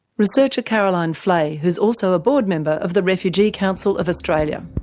researcher caroline fleay, who's also a board member of the refugee council of australia.